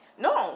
No